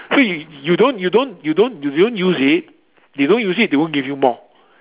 so you you don't you don't you don't you don't use it you don't use it they won't give you more